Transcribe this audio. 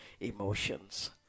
emotions